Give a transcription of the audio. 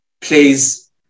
plays